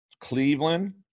Cleveland